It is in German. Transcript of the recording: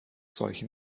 solchen